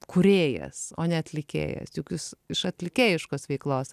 kūrėjas o ne atlikėjas juk jūs iš atlikėjiškos veiklos